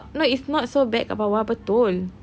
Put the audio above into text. no it's not so bad kat bawah betul